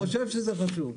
אני חושב שזה חשוב.